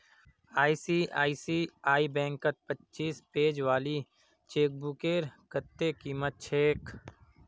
ICICI बैंकत पच्चीस page वाली चेकबुकेर कत्ते कीमत छेक